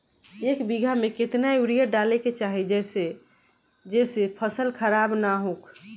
एक बीघा में केतना यूरिया डाले के चाहि जेसे फसल खराब ना होख?